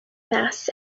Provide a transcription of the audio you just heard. mass